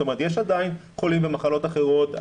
זאת אומרת יש עדיין חולים במחלות אחרות,